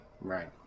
Right